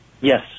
Yes